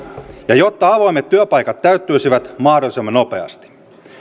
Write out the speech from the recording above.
ja jotta avoimet työpaikat täyttyisivät mahdollisimman nopeasti